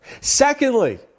Secondly